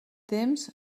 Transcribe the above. temps